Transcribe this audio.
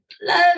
love